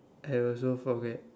I also forget